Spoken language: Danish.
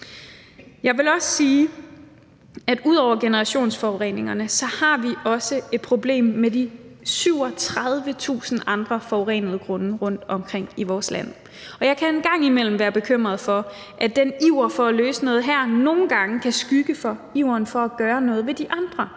ud over generationsforureningerne har vi et problem med de 37.000 andre forurenede grunde rundtomkring i vores land. Og jeg kan engang imellem være bekymret for, at den iver efter at løse det her nogle gange kan skygge for iveren efter at gøre noget ved de andre